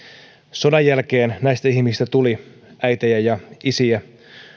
sodan jälkeen näistä ihmisistä tuli äitejä ja isiä